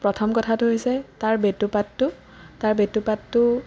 প্ৰথম কথাটো হৈছে তাৰ বেটুপাতটো তাৰ বেটুপাতটো